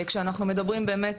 כשאנחנו מדברים באמת,